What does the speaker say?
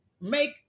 make